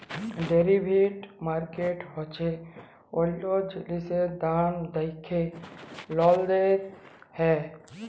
derivative market হচ্যে অল্য জিলিসের দাম দ্যাখে লেলদেল হয়